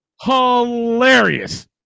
Hilarious